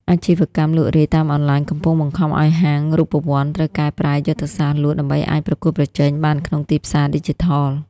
អាជីវកម្មលក់រាយតាមអនឡាញ កំពុងបង្ខំឱ្យហាងរូបវន្តត្រូវកែប្រែយុទ្ធសាស្ត្រលក់ ដើម្បីអាចប្រកួតប្រជែងបានក្នុងទីផ្សារឌីជីថល។